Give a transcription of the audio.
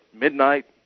midnight